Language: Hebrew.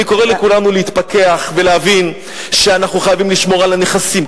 אני קורא לכולנו להתפכח ולהבין שאנחנו חייבים לשמור על הנכסים,